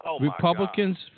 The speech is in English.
Republicans